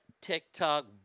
TikTok